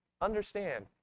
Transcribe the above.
understand